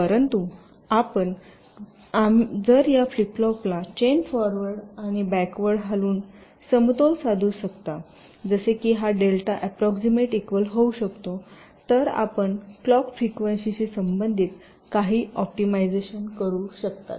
परंतु आपण आम्ही जर या फ्लिप फ्लॉपला चेन फॉरवर्ड आणि बकवर्ड हलवून समतोल साधू शकता जसे की हा डेल्टा अँप्रॉक्सिमेंट इक्वल होऊ शकतो तर आपण क्लॉक फ्रिक्वेन्सी शी संबंधित काही ऑप्टिमायझेशन करू शकता